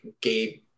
Gabe